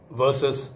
versus